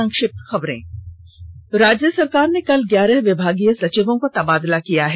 संक्षिप्त खबरें राज्य सरकार ने कल ग्यारह विभागीय सचिवों का तबादला किया है